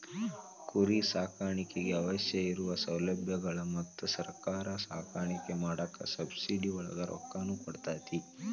ಕುರಿ ಸಾಕಾಣಿಕೆಗೆ ಅವಶ್ಯ ಇರು ಸೌಲಬ್ಯಗಳು ಮತ್ತ ಸರ್ಕಾರಾ ಸಾಕಾಣಿಕೆ ಮಾಡಾಕ ಸಬ್ಸಿಡಿ ಒಳಗ ರೊಕ್ಕಾನು ಕೊಡತತಿ